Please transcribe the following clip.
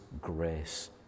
grace